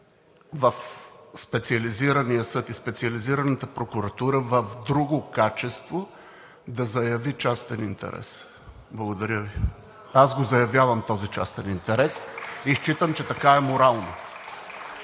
в Специализирания съд и Специализираната прокуратура в друго качество, да заяви частен интерес. Благодаря Ви. Аз го заявявам този частен интерес и считам, че така е морално.